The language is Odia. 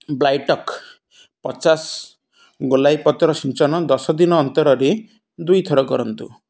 ବ୍ଲାଇଟକ୍ ପଚାଶ ଗୋଲାଇ ପତ୍ର ସିଞ୍ଚନ ଦଶ ଦିନ ଅନ୍ତରରେ ଦୁଇ ଥର କରନ୍ତୁ